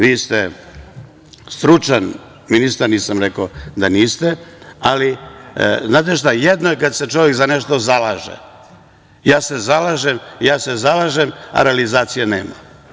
Vi ste stručan ministar, nisam rekao da niste, ali znate šta, jednom kada se čovek za nešto zalaže, ja se zalažem, a realizacije nema.